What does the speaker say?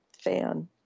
fan